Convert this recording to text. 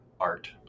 art